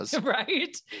Right